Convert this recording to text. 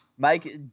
Mike